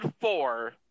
four